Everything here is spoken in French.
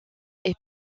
est